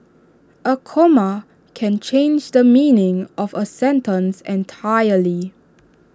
A comma can change the meaning of A sentence entirely